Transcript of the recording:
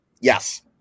Yes